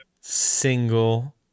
single